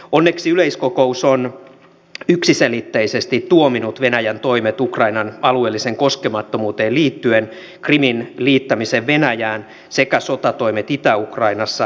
onneksi yleiskokous on yksiselitteisesti tuominnut venäjän toimet ukrainan alueelliseen koskemattomuuteen liittyen krimin liittämisen venäjään sekä sotatoimet itä ukrainassa